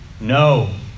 No